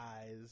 eyes